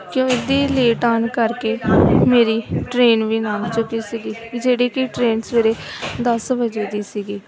ਕਿ ਉਹਦੇ ਲੇਟ ਆਉਣ ਕਰਕੇ ਮੇਰੀ ਟ੍ਰੇਨ ਵੀ ਲੰਘ ਚੁੱਕੀ ਸੀਗੀ ਵੀ ਜਿਹੜੀ ਕਿ ਟ੍ਰੇਨ ਸਵੇਰੇ ਦਸ ਵਜੇ ਦੀ ਸੀਗੀ